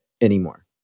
anymore